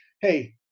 hey